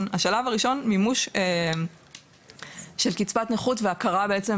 השלב הראשון מימוש של קצבת נכות והכרה בעצם